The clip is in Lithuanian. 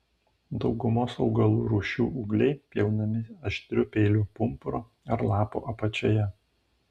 daugumos augalų rūšių ūgliai pjaunami aštriu peiliu pumpuro ar lapo apačioje